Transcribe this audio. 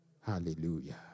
Hallelujah